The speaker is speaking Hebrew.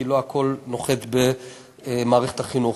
כי לא הכול נוחת במערכת החינוך.